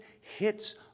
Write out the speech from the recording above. hits